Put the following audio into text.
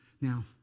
Now